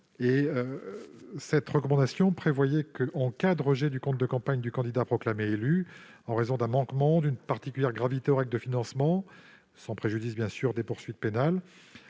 présidée par Lionel Jospin : en cas de rejet du compte de campagne du candidat proclamé élu en raison d'un manquement d'une particulière gravité aux règles de financement, sans préjudice, bien sûr, des poursuites pénales,